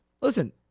listen